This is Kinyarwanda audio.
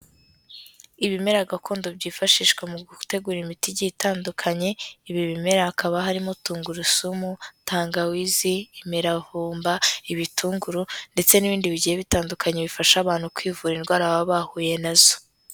Ibimera gakondo byifashishwa mu gutegura imiti igiye itandukanye, ibi bimera hakaba harimo tungurusumu, tangawizi, imiravumba, ibitunguru ndetse n'ibindi bigiye bitandukanye bifasha abantu kwivura indwara baba bahuye na zo.